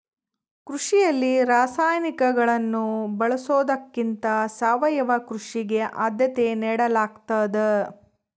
ಕೃಷಿಯಲ್ಲಿ ರಾಸಾಯನಿಕಗಳನ್ನು ಬಳಸೊದಕ್ಕಿಂತ ಸಾವಯವ ಕೃಷಿಗೆ ಆದ್ಯತೆ ನೇಡಲಾಗ್ತದ